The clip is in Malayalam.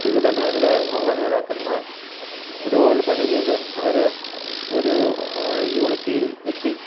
വിവിധ മേഖലകളിൽ നിന്നുള്ള നേതാക്കന്മാർ രൂപകൽപന ചെയ്തു അവർ ഒരു യൂണിറ്റിയിൽ എത്തി